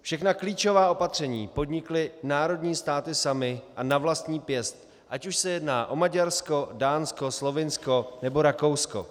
Všechna klíčová opatření podnikly národní státy samy a na vlastní pěst, ať už se jedná o Maďarsko, Dánsko, Slovinsko nebo Rakousko.